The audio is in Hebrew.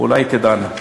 אולי תדענה.